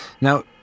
Now